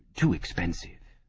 too expensive.